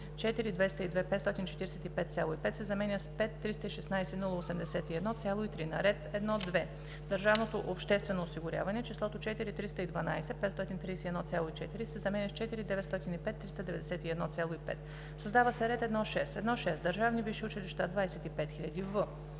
„4 202 545,5“ се заменя с „5 316 081,3“; - на ред 1.2. Държавното обществено осигуряване числото „4 312 531,4“ се заменя с „4 905 391,5“; - създава се ред 1.6.: „1.6. Държавни висши училища 25 000,0“;